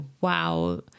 wow